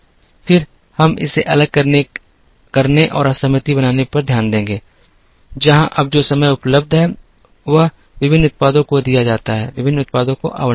फिर हम इसे अलग करने और असहमति बनाने पर ध्यान देंगे जहां अब जो समय उपलब्ध है वह विभिन्न उत्पादों को दिया जाता है विभिन्न उत्पादों को आवंटित समय